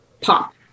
pop